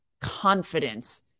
confidence